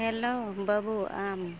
hello ᱵᱟᱹᱵᱩ ᱟᱢ